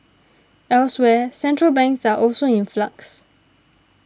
elsewhere central banks are also in flux